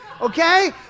Okay